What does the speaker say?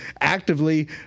actively